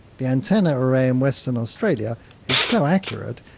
the antenna array in western australia is so accurate,